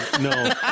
no